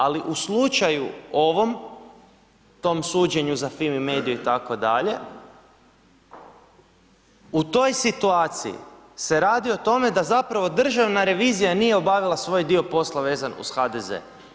Ali u slučaju ovom tom suđenju za FIMI mediju itd. u toj situaciji se radi o tome da zapravo državna revizija nije obavila svoj dio posla vezan uz HDZ-e.